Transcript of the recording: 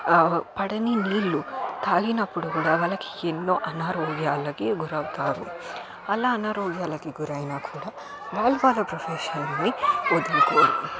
పడని నీళ్ళు తాగినప్పుడు కూడా వాళ్ళకి ఎన్నో అనారోగ్యాలకి గురి అవుతారు అలా అనారోగ్యాలకి గురి అయినా కూడా వాళ్ళు వాళ్ళ ప్రొఫెషన్ని వదులుకోరు